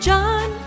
John